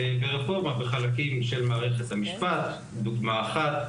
ברפורמה בחלקים של מערכת המשפט, דוגמא אחת,